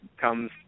comes